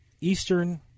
Eastern